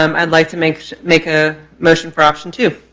um and like to make make a motion for option two.